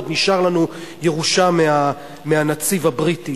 עוד נשאר לנו ירושה מהנציב הבריטי,